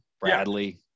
Bradley